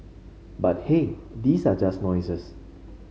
but hey these are just noises